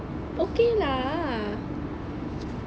okay lah